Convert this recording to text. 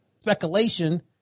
speculation